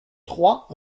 trois